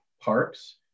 parks